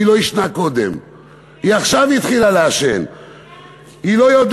היא לא עישנה קודם.